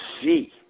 see